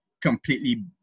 completely